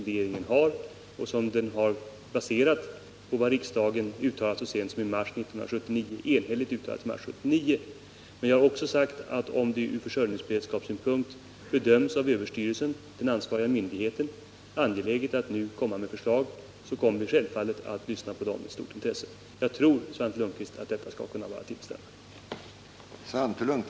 Den ståndpunkten baseras på vad riksdagen enhälligt uttalade så sent som i mars 1979 men jag har också sagt att om Överstyrelsen — den ansvariga myndigheten — ur försörjningsberedskapssynpunkt bedömer det som angeläget att nu komma med förslag, så kommer jag självfallet att med stort intresse lyssna till vad överstyrelsen har att anföra. Jag tror, Svante Lundkvist, att detta skall kunna vara tillfredsställande.